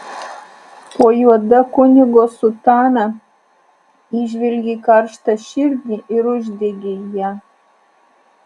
po juoda kunigo sutana įžvelgei karštą širdį ir uždegei ją